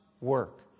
work